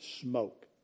smoke